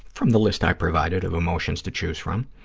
from the list i provided of emotions to choose from,